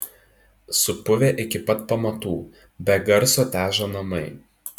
supuvę iki pat pamatų be garso težo namai